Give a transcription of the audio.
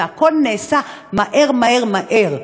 והכול נעשה מהר מהר מהר.